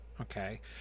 okay